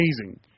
amazing